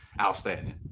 outstanding